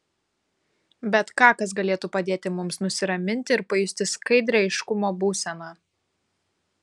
bet ką kas galėtų padėti mums nusiraminti ir pajusti skaidrią aiškumo būseną